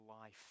life